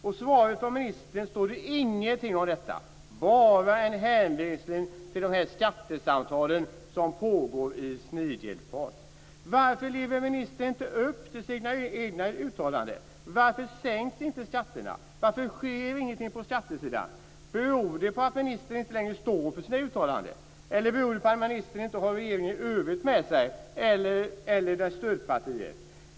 I svaret från ministern står ingenting om det. Där finns bara en hänvisning till de skattesamtal som pågår i snigelfart. Varför lever ministern inte upp till sina egna uttalanden? Varför sänks inte skatterna? Varför sker ingenting på skattesidan? Beror det på att ministern inte längre står för sina uttalanden? Eller beror det på att ministern inte har den övriga regeringen eller dess stödpartier med sig?